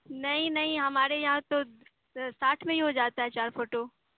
نہیں نہیں ہمارے یہاں تو ساٹھ میں ہی ہو جاتا ہے چار فوٹو